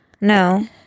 No